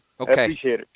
Okay